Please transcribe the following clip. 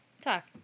Talk